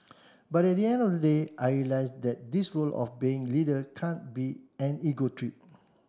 but at the end of the day I realised that this role of being leader can't be an ego trip